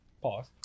Pause